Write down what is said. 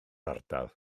ardal